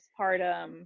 postpartum